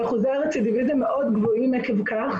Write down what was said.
ואחוזי הרציזיביזם מאוד גבוהים עקב כך.